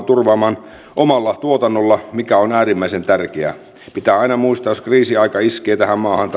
turvaamaan omalla tuotannolla mikä on äärimmäisen tärkeää pitää aina muistaa että jos kriisiaika iskee tähän maahan